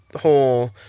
whole